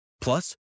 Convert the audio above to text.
Plus